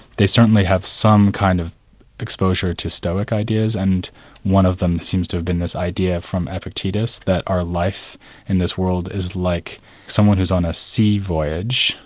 they certainly have some kind of exposure to stoic ideas and one of them seems to have been this idea from epictetus that our life in this world is like someone who's on a sea voyage,